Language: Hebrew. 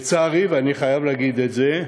לצערי, ואני חייב לומר את זה,